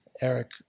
Eric